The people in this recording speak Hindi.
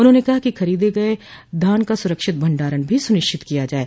उन्होंने कहा कि खरीदे गय धान का सुरक्षित भंडारण भी सुनिश्चित किया जाये